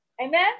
Amen